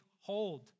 hold